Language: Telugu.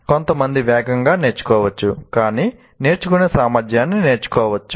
కొంతమంది వేగంగా నేర్చుకోవచ్చు కానీ నేర్చుకునే సామర్థ్యాన్ని నేర్చుకోవచ్చు